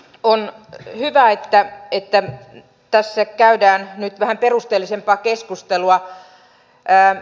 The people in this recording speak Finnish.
on hyvä että tässä käydään nyt vähän perusteellisempaa keskustelua